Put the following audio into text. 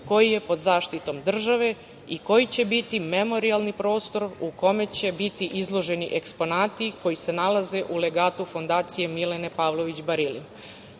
koji je pod zaštitom države i koji će biti memorijalni prostor u kome će biti izloženi eksponati koji se nalaze u legatu Fondacije Milene Pavlović Barili. Sigurna